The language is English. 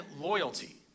loyalty